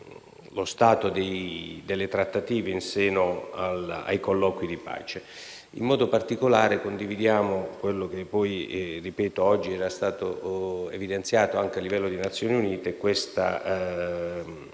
lo stato delle trattative in seno ai colloqui di pace. In modo particolare confidiamo - è quello che poi oggi è stato evidenziato anche a livello di Nazioni Unite -